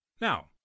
Now